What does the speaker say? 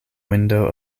window